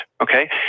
okay